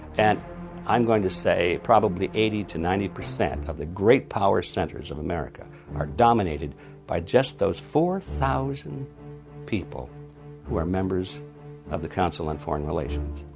and i'm going to say probably eighty to ninety percent of the great power centers of america are dominated by just those four thousand people who are members of the council on and foreign relations.